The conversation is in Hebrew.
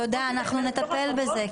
תודה, אנחנו נטפל בזה.